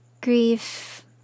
Grief